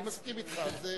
אני מסכים אתך, זה,